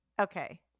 Okay